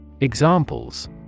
Examples